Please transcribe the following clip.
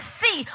see